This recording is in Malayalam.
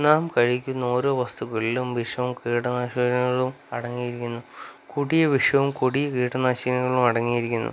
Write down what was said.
നാം കഴിക്കുന്ന ഓരോ വസ്തുക്കളിലും വിഷവും കീടനാശിനികളും അടങ്ങിയിരിക്കുന്നു കൊടിയ വിഷവും കൊടിയ കീടനാശിനികളും അടങ്ങിയിരിക്കുന്നു